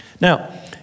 Now